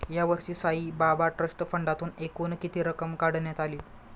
यावर्षी साईबाबा ट्रस्ट फंडातून एकूण किती रक्कम काढण्यात आली?